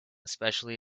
especially